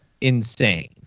insane